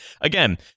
Again